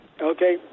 Okay